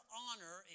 honor